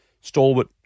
stalwart